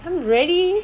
I'm ready